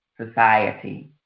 society